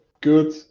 good